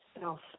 self